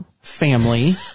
family